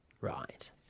Right